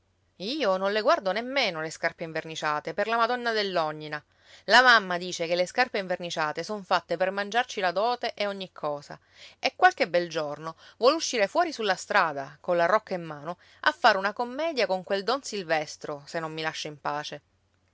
io non le guardo nemmeno le scarpe inverniciate per la madonna dell'ognina la mamma dice che le scarpe inverniciate son fatte per mangiarci la dote e ogni cosa e qualche bel giorno vuole uscire fuori sulla strada colla rocca in mano a fare una commedia con quel don silvestro se non mi lascia in pace